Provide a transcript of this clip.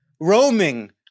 roaming